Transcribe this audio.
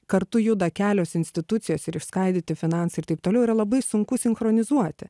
kartu juda kelios institucijos ir išskaidyti finansai ir taip toliau yra labai sunku sinchronizuoti